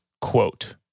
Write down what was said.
quote